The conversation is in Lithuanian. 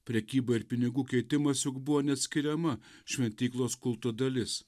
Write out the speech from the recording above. prekyba ir pinigų keitimas juk buvo neatskiriama šventyklos kulto dalis